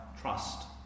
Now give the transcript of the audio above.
trust